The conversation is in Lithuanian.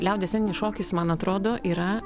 liaudies sceninis šokis man atrodo yra